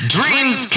Dreams